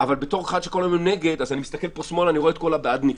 אבל אני רואה פה את כל הבעדניקים.